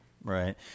Right